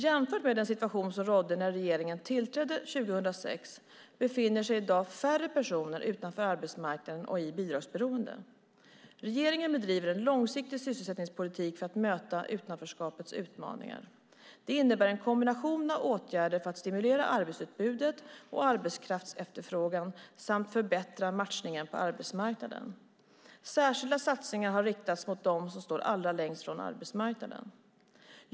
Jämfört med den situation som rådde när regeringen tillträdde 2006 befinner sig i dag färre personer utanför arbetsmarknaden och i bidragsberoende. Regeringen bedriver en långsiktig sysselsättningspolitik för att möta utanförskapets utmaningar. Det innebär en kombination av åtgärder för att stimulera arbetsutbudet och arbetskraftsefterfrågan samt förbättra matchningen på arbetsmarknaden. Särskilda satsningar har riktats mot dem som står allra längst ifrån arbetsmarknaden.